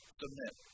submit